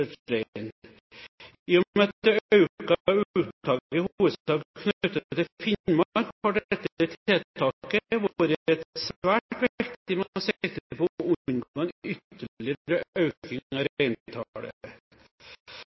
I og med at det økte uttaket i hovedsak er knyttet til Finnmark, har dette tiltaket vært svært viktig med sikte på å unngå en ytterligere økning av